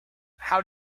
how